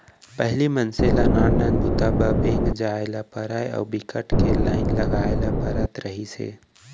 पहिली मनसे ल नान नान बूता म बेंक जाए ल परय अउ बिकट के लाईन लगाए ल परत रहिस हे